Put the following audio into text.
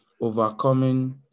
overcoming